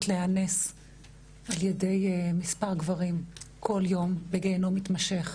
להיאנס על ידי מספר גברים בכל יום בגיהינום מתמשך